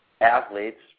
Athletes